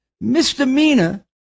misdemeanor